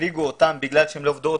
החריגו אותם בגלל שהם לא עבדו,